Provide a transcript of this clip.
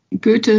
Goethe